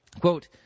Quote